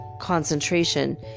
concentration